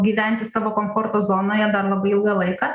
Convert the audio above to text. gyventi savo komforto zonoje dar labai ilgą laiką